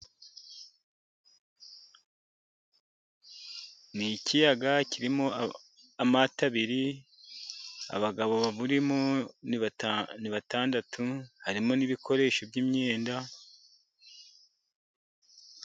Ni ikiyaga kirimo amato abiri, abagabo baburimo ni batandatu, harimo n'ibikoresho by'imyenda.